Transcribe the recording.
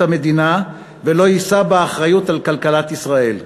המדינה ולא יישא באחריות לכלכלת ישראל,